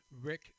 Rick